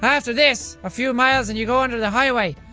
after this, a few miles and you go under the highway,